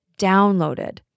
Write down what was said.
downloaded